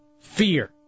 Fear